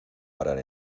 varar